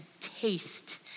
taste